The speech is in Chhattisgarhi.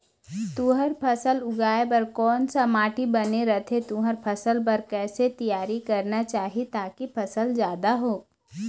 तुंहर फसल उगाए बार कोन सा माटी बने रथे तुंहर फसल बार कैसे तियारी करना चाही ताकि फसल जादा हो?